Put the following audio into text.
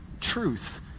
truth